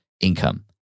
income